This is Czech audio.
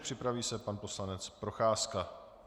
Připraví se pan poslanec Procházka.